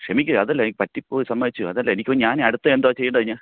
ക്ഷമിക്ക് അതല്ലേ എനിക്ക് പറ്റിപ്പോയി സമ്മതിച്ചു അതല്ല എനിക്ക് ഞാൻ അടുത്ത എന്താ ചെയ്യേണ്ടത് ഞാൻ